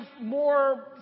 more